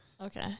Okay